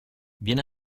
viene